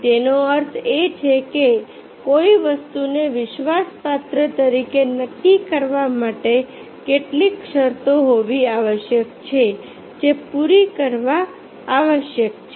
તેનો અર્થ એ છે કે કોઈ વસ્તુને વિશ્વાસપાત્ર તરીકે નક્કી કરવા માટે કેટલીક શરતો હોવી આવશ્યક છે જે પૂરી કરવી આવશ્યક છે